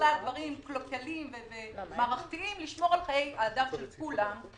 דברים קלוקלים ומערכתיים ולשמור על חיי האדם של כולם.